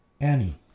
Annie